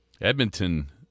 Edmonton